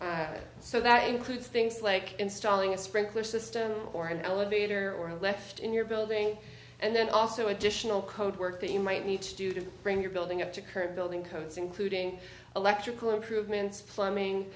return so that includes things like installing a sprinkler system or an elevator or a left in your building and then also additional code work that you might need to do to bring your building up to current building codes including electrical improvements plumbing